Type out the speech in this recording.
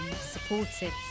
supported